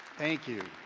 thank you.